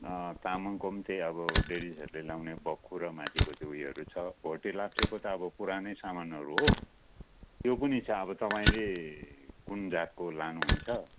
तामाङको पनि त्यही अब लेडिजहरूले लगाउने बक्खु र माथिको त्यो उयोहरू छ भोटे लाप्चेको त अब पुरानै सामानहरू हो त्यो पनि छ अब तपाईँले कुन जातको लानुहुन्छ